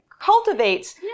cultivates